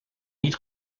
niet